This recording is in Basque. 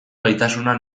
gaitasuna